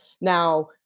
Now